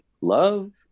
love